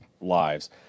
lives